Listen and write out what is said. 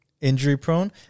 injury-prone